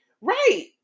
Right